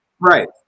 Right